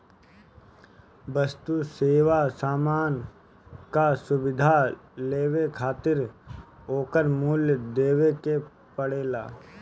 वस्तु, सेवा, सामान कअ सुविधा लेवे खातिर ओकर मूल्य देवे के पड़ेला